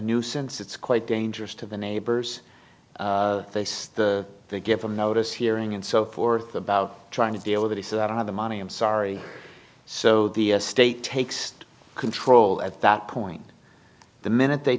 nuisance it's quite dangerous to the neighbors the give them notice hearing and so forth about trying to deal with it he says i don't have the money i'm sorry so the state takes control at that point the minute they